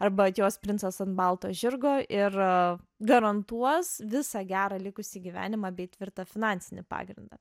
arba atjos princas ant balto žirgo ir garantuos visą gerą likusį gyvenimą bei tvirtą finansinį pagrindą